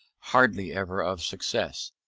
hardly ever of success.